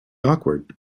awkward